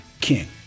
king